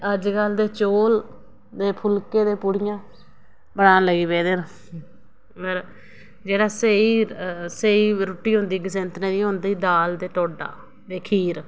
अज्जकल ते चौल फुल्के ते पूड़ियां बनान लगी पेदे न पर जेह्ड़ा स्हेई स्हेई रुट्टी होंदी गसैंतने दी ते ओह् होंदी दाल ढोडा ते खीर